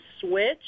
switch